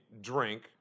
drink